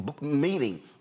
meeting